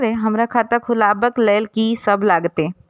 हमरा खाता खुलाबक लेल की सब लागतै?